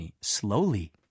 slowly